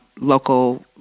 local